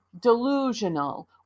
delusional